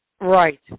Right